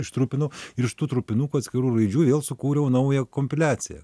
ištrupinau ir iš tų trupinukų atskirų raidžių vėl sukūriau naują kompiliaciją